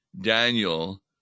Daniel